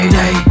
day